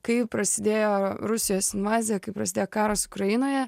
kai prasidėjo rusijos invazija kai prasidėjo karas ukrainoje